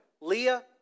Leah